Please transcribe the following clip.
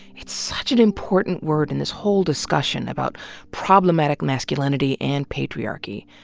it's such an important word in this whole discussion about problematic masculinity and patriarchy.